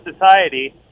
society